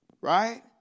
right